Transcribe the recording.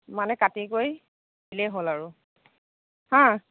মানে কাটি কৰি দিলেই হ'ল আৰু হাঁ